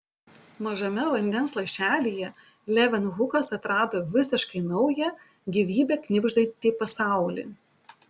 mažame vandens lašelyje levenhukas atrado visiškai naują gyvybe knibždantį pasaulį